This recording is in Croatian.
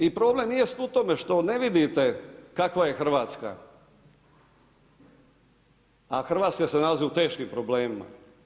I problem i jest u tome što ne vidite kakva je Hrvatska, a Hrvatska se nalazi u teškim problemima.